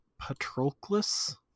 Patroclus